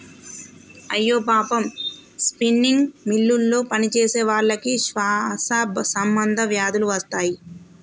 అయ్యో పాపం స్పిన్నింగ్ మిల్లులో పనిచేసేవాళ్ళకి శ్వాస సంబంధ వ్యాధులు వస్తాయి